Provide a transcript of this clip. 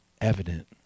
evident